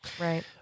Right